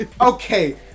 Okay